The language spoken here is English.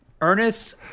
Ernest